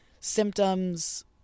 symptoms